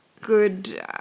good